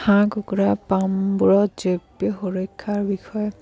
হাঁহ কুকুৰা পামবোৰত জৈৱিক সুৰক্ষাৰ বিষয়ে